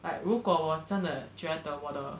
like 如果我真的觉得我的